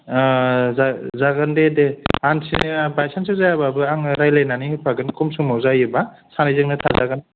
जागोन जागोन दे दे आं सिनाया बायचानसआव जायाब्ला आङो रायज्लायनानै होफागोन खम सम जायोब्ला सानैजोंनो थाजागोन